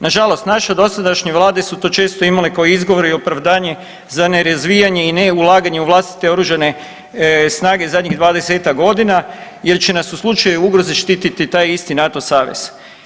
Nažalost naše dosadašnje vlade su to često imale kao izgovor i opravdanje za nerazvijanje i neulaganje u vlastite oružane snage zadnjih 20-ak godina jer će nas u slučaju ugroze štititi taj isti NATO savez.